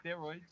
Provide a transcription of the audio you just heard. steroids